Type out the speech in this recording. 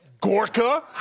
Gorka